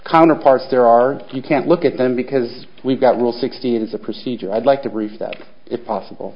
counterparts there are you can't look at them because we've got rule sixteen's a procedure i'd like to proof that it's possible